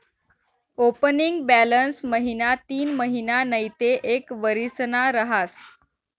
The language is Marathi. ओपनिंग बॅलन्स महिना तीनमहिना नैते एक वरीसना रहास